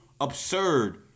absurd